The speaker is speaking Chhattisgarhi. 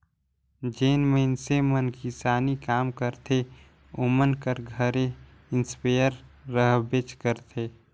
जेन मइनसे मन किसानी काम करथे ओमन कर घरे इस्पेयर रहबेच करथे